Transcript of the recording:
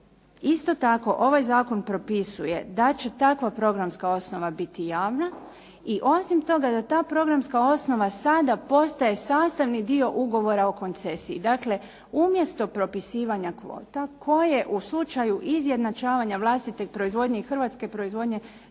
Isto tako ovaj zakon propisuje da će takva programska osnova biti javna i osim toga da ta programska osnova sada postaje sastavni dio Ugovora o koncesiji. Dakle, umjesto propisivanja kvota koje u slučaju izjednačavanja vlastite proizvodnje i hrvatske proizvodnje